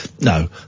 no